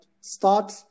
start